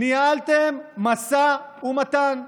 ניהלתם משא ומתן.